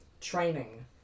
training